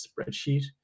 spreadsheet